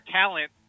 talent